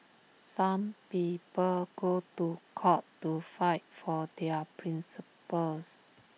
some people go to court to fight for their principles